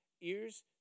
ears